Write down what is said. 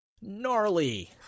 gnarly